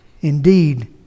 Indeed